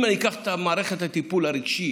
אם אני אקח את מערכת הטיפול הרגשי